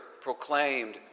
proclaimed